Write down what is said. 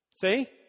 See